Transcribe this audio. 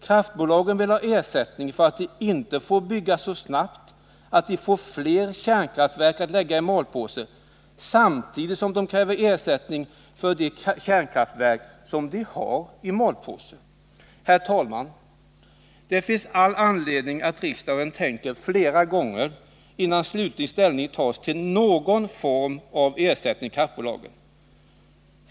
Kraftbolagen vill alltså ha ersättning för att de inte får bygga så snabbt, att de får fler kärnkraftverk att lägga i ”malpåse”, samtidigt som de kräver ersättning för de kärnkraftverk som de har i ”malpåse”. Herr talman! Det finns all anledning att riksdagen tänker sig för flera gånger innan slutlig ställning tas till någon form av ersättning till kraftbola gen.